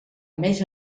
més